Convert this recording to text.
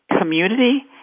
community